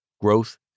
Growth